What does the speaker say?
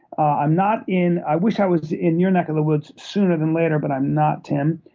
ah i'm not in i wish i was in your neck of the woods sooner than later, but i'm not, tim.